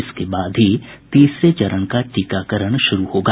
इसके बाद ही तीसरे चरण का टीकाकरण शुरू होगा